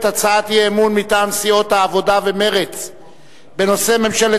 הצעת האי-אמון מטעם סיעות העבודה ומרצ בנושא: ממשלת